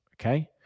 Okay